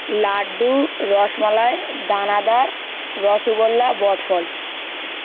লাড্ডু রসমালাই দানাদার রসগোল্লা বটফল